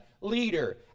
leader